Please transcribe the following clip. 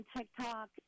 TikTok